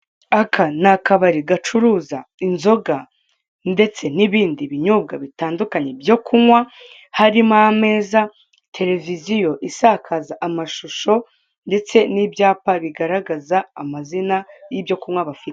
Aka ni akabari gacuruza inzoga ndetse n'ibindi binyobwa bitandukanye byo kunywa, harimo ameza, televiziyo isakaza amashusho, ndetse n'ibyapa bigararaga amazina y'ibyo kunywa bafite.